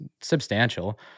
substantial